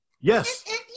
Yes